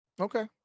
Okay